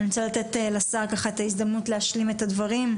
אני רוצה לתת לשר את ההזדמנות להשלים את הדברים,